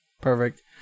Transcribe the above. Perfect